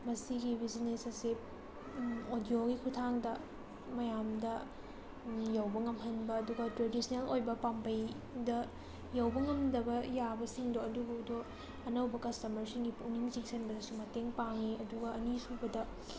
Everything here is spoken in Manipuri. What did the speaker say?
ꯃꯁꯤꯒꯤ ꯕꯤꯖꯤꯅꯦꯖ ꯑꯁꯤ ꯑꯣꯗꯤꯑꯣꯒꯤ ꯈꯨꯠꯊꯥꯡꯗ ꯃꯌꯥꯝꯗ ꯌꯧꯕ ꯉꯝꯍꯟꯕ ꯑꯗꯨꯒ ꯇ꯭ꯔꯦꯗꯤꯁꯅꯦꯜ ꯑꯣꯏꯕ ꯄꯥꯝꯕꯩꯗ ꯌꯧꯕ ꯉꯝꯗꯕ ꯌꯥꯕꯁꯤꯡꯗꯣ ꯑꯗꯨꯕꯨꯗꯣ ꯑꯅꯧꯕ ꯀꯁꯇꯃꯔꯁꯤꯡꯒꯤ ꯄꯨꯡꯅꯤꯡ ꯆꯤꯡꯁꯤꯟꯕꯗꯁꯨ ꯃꯇꯦꯡ ꯄꯥꯡꯉꯤ ꯑꯗꯨꯒ ꯑꯅꯤꯁꯨꯕꯗ